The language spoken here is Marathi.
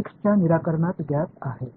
x च्या निराकरणात ज्ञात आहे